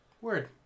Word